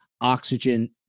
oxygen